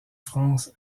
france